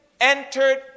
entered